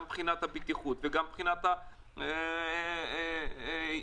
גם מבחינת הבטיחות וגם מבחינת יוקר המחייה.